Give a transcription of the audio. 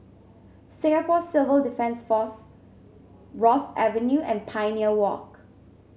Singapore Civil Defence Force Ross Avenue and Pioneer Walk